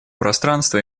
пространства